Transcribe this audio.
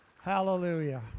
Hallelujah